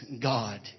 God